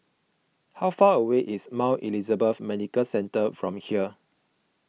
how far away is Mount Elizabeth Medical Centre from here